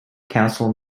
council